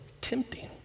tempting